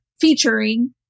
featuring